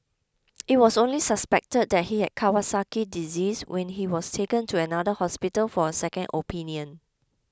it was only suspected that he had Kawasaki disease when he was taken to another hospital for a second opinion